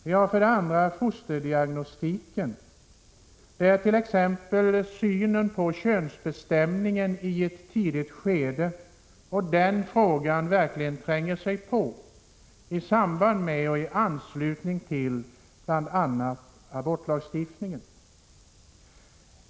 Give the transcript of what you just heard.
Vi har för det andra fosterdiagnostiken, där t.ex. synen på könsbestämning i ett tidigt skede verkligen tränger sig på vad gäller bl.a. abortlagstiftningen.